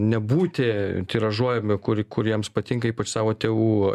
nebūti tiražuojami kur kur jiems patinka savo tėvų